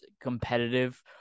competitive